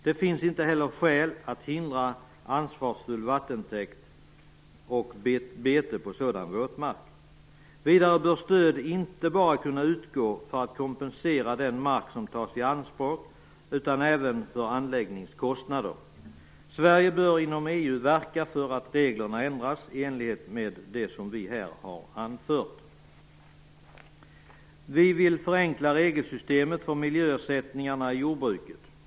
Det finns inte heller skäl att hindra ansvarsfull vattentäkt och bete på sådan våtmark. Vidare bör stöd kunna utgå, inte bara för att kompensera den mark som tas i anspråk utan även för anläggningskostnader. Sverige bör inom EU verka för att reglerna ändras i enlighet med det som vi reservatioen har anfört. Vi vill förenkla regelsystemet för miljöersättningarna i jordbruket.